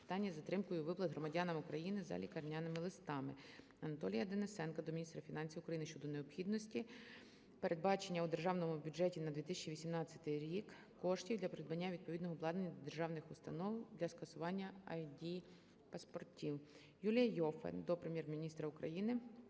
питання із затримкою виплат громадянам України за лікарняними листами. Анатолія Денисенка до міністра фінансів України щодо необхідності передбачення у державному бюджеті на …. рік коштів для придбання відповідного обладнання для державних установ для сканування ID-паспортів. Юлія Іоффе до Прем'єр-міністра України